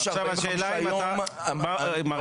זה ש-45 יום --- עכשיו השאלה אם אתה --- אבל,